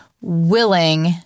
willing